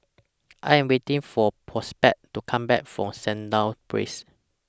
I Am waiting For Prosper to Come Back from Sandown Place